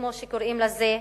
כמו שקוראים לזה,